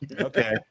Okay